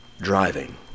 driving